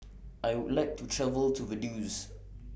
I Would like to travel to Vaduz